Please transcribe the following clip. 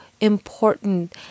important